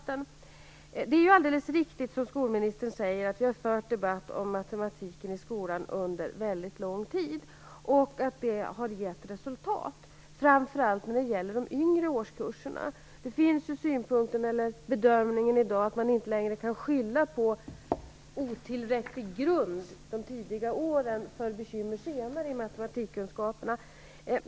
Det är alldeles riktigt som skolministern säger, att vi har fört debatt om matematiken i skolan under väldigt lång tid och att detta har gett resultat, framför allt när det gäller de lägre årskurserna. Det finns ju synpunkter i dag om att man inte längre kan skylla på att det är en otillräcklig grund under de tidiga åren som leder till bekymmer med matematikkunskaperna senare.